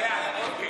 לאט, אוקיי?